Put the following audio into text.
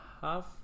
half